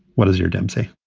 what is your dempsey?